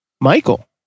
Michael